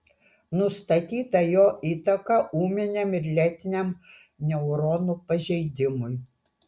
nustatyta jo įtaka ūminiam ir lėtiniam neuronų pažeidimui